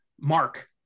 Mark